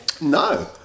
No